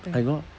I got